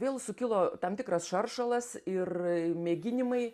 vėl sukilo tam tikras šaršalas ir mėginimai